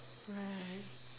right